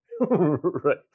right